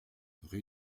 rue